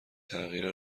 تغییر